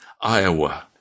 Iowa